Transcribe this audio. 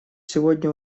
сегодня